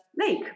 lake